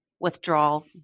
Withdrawal